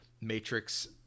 Matrix